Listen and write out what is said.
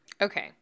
Okay